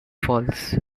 falls